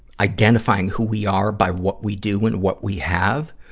identifying who we are by what we do and what we have.